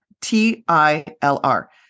T-I-L-R